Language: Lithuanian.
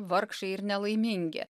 vargšai ir nelaimingi